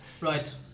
Right